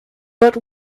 but